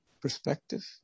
perspective